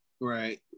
Right